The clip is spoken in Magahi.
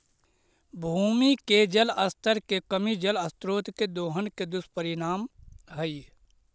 भूमि के जल स्तर के कमी जल स्रोत के दोहन के दुष्परिणाम हई